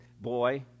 boy